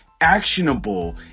actionable